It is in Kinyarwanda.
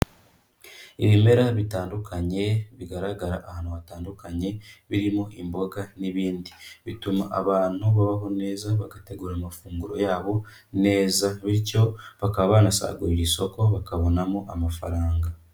Ibimera bitandukanye bigaragara ahantu hatandukanye, birimo imboga n'ibindi. Bituma abantu babaho neza, bagategura amafunguro yabo neza bityo bakaba banasagurira isoko bakabonamo amafaranga.